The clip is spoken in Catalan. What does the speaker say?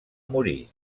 morir